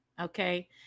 okay